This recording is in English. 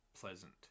pleasant